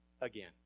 again